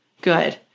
Good